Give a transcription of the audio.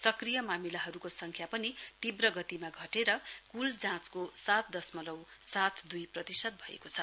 सक्रिय मामिलाहरूको संख्या पनि तीब्र गतिमा घटेर कुल जाँचको सात दशमलउ सात दुई प्रतिशत भएको छ